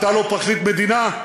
אתה לא פרקליט מדינה.